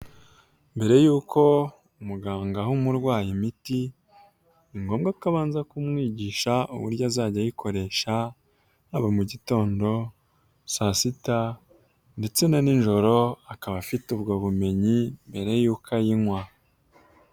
Mbere yuko umuganga aha umurwayi imiti, ni ngombwa ko abanza kumwigisha uburyo azajya ayikoresha, haba mu gitondo, saa sita ndetse na n'ijoro, akaba afite ubwo bumenyi mbere yuko ayinywa.